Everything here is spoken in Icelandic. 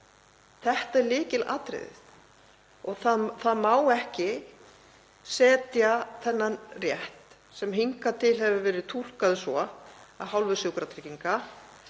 Þetta er lykilatriðið. Það má ekki setja þennan rétt, sem hingað til hefur verið túlkaður svo af hálfu Sjúkratrygginga,